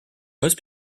most